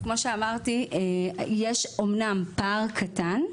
כמו שאמרתי, יש אמנם פער קטן.